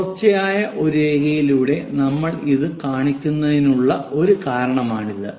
തുടർച്ചയായ ഒരു രേഖയിലൂടെ നമ്മൾ ഇത് കാണിക്കുന്നതിനുള്ള ഒരു കാരണമാണിത്